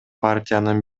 партиянын